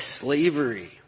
slavery